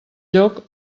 lloc